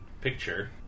picture